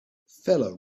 feller